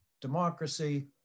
democracy